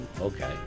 okay